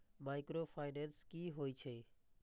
Micro finance कि होई छै?